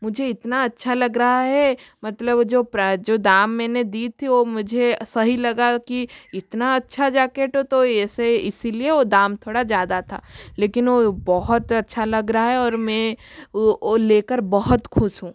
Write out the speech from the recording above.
मुझे इतना अच्छा लग रहा है मतलब जो प्रा जो दाम मैंने दी थी वह मुझे सही लगा कि इतना अच्छा जाकेट हो तो ऐसे इसीलिए वह दाम थोड़ा ज़्यादा था लेकिन वह बहुत अच्छा लग रहा है और मैं वह वह लेकर बहुत खुश हूँ